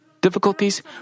difficulties